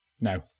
No